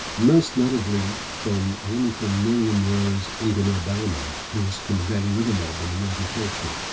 most notably from a woman called miriam rose ungunmerr-baumann who is from the daly river mob in the northern territory.